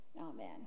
Amen